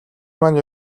маань